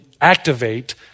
activate